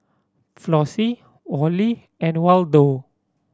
Flossie Wally and Waldo